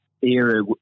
era